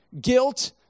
Guilt